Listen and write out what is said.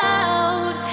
out